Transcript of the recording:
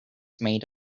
made